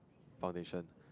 foundation